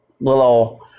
little